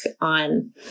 on